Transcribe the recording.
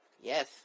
Yes